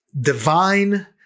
divine